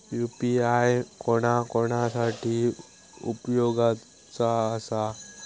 UPI कोणा कोणा साठी उपयोगाचा आसा?